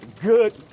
good